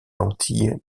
lentille